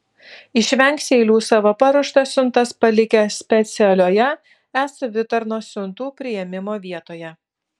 išvengs eilių savo paruoštas siuntas palikę specialioje e savitarnos siuntų priėmimo vietoje